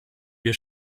wir